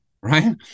right